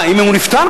אם הוא נפטר?